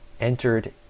entered